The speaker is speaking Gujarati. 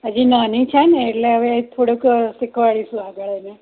હજી નાની છે ને એટલે હવે થોડુંક શીખવાડીશું આગળ અમે